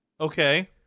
Okay